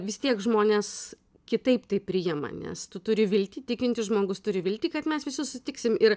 vis tiek žmonės kitaip tai priima nes tu turi viltį tikintis žmogus turi viltį kad mes visi sutiksim ir